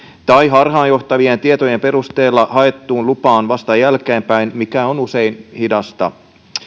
tai harhaanjohtavien tietojen perusteella haettuun lupaan vasta jälkeenpäin mikä on usein hidasta